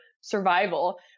survival